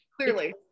Clearly